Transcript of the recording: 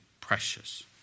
precious